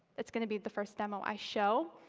it's going to be the first demo i show.